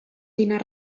dinar